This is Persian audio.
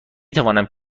توانم